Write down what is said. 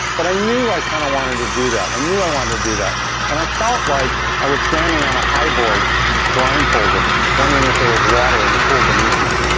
but i knew i kind of wanted to do that. i knew i want to do that and i felt like i was standing on a high board blindfolded wondering if there was water in the pool beneath me.